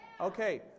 Okay